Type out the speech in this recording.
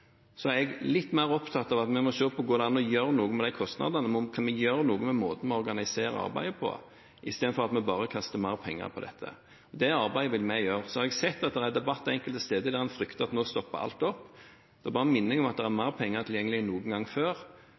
er jeg litt mer opptatt av at vi må se om det går an å gjøre noe med de kostnadene og måten vi organiserer arbeidet på, istedenfor at vi bare kaster mer penger på dette. Det arbeidet vil vi gjøre. Jeg har sett at det er debatter enkelte steder der en frykter at nå stopper alt opp. Da bare minner jeg om at det er mer penger tilgjengelig nå enn noen gang før.